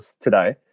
today